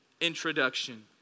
introduction